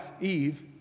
Eve